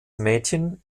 mädchen